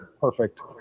perfect